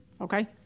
Okay